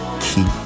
keep